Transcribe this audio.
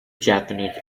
japanese